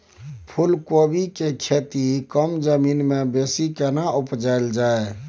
फूलकोबी के खेती कम जमीन मे बेसी केना उपजायल जाय?